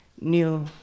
new